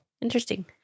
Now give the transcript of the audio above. interesting